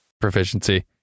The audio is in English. Proficiency